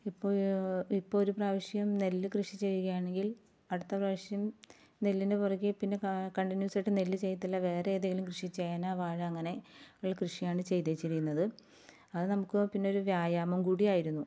ഇപ്പോൾ ഇപ്പോൾ ഒരു പ്രാവശ്യം നെല്ല് കൃഷി ചെയ്യുകയാണെങ്കിൽ അടുത്ത പ്രാവശ്യം നെല്ലിന് പുറുകെ പിന്നെ കണ്ടിന്യൂസായിട്ട് നെല്ല് ചെയ്യത്തില്ല വേറെ ഏതെങ്കിലും കൃഷി ചേന വാഴ അങ്ങനെ ഫുൾ കൃഷിയാണ് ചെയ്തു വച്ചിരിക്കുന്നത് അത് നമുക്ക് പിന്നൊരു വ്യായാമം കൂടി ആയിരുന്നു